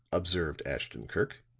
observed ashton-kirk,